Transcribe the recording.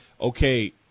okay